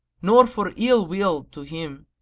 nor for ill-will to him,